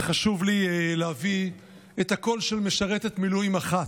וחשוב לי להביא את הקול של משרתת מילואים אחת.